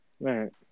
Right